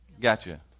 Gotcha